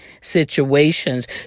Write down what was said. situations